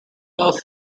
both